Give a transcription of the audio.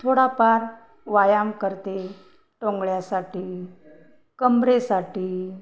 थोडाफार व्यायाम करते टोंगळ्यासाठी कमरेसाठी